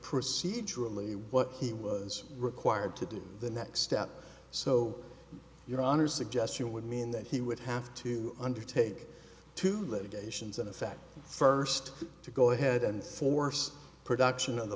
procedurally what he was required to do the next step so your honor suggestion would mean that he would have to undertake to litigation is in effect first to go ahead and force production on the